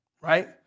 right